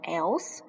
else